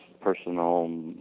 personal